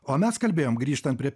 o mes kalbėjom grįžtant prie